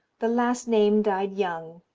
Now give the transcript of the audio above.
the last named died young,